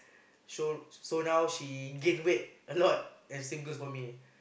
so so now she gain weight a lot and same goes for me